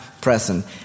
present